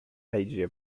asia